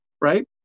right